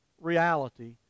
reality